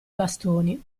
bastoni